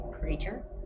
Creature